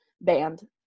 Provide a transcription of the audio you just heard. band